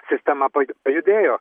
sistema paju pajudėjo